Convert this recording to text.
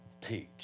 teach